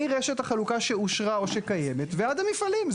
מרשת החלוקה שאושרה או שקיימת ועד המפעלים.